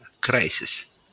crisis